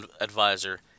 advisor